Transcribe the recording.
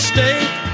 State